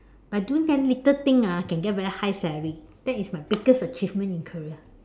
by doing that little thing ah can get a very high salary that's my biggest achievement in career